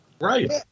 Right